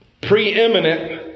preeminent